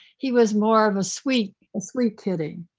he was more of a sweet sweet kidding.